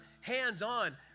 hands-on